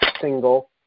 single